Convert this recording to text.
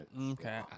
Okay